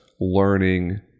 learning